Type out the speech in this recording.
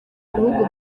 ibihugu